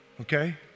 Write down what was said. Okay